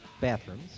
bathrooms